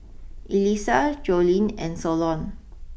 Elyssa Joline and Solon